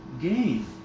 game